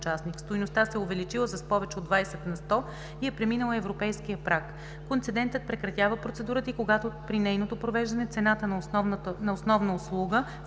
стойността се е увеличила с повече от 20 на сто и е преминала европейския праг. Концедентът прекратява процедурата и когато при нейното провеждане цената на основна услуга,